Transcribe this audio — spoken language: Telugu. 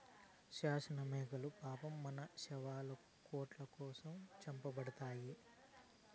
షాస్మినా మేకలు పాపం మన శాలువాలు, కోట్ల కోసం చంపబడతండాయి